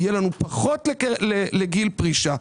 יהיה לנו פחות לגיל פרישה.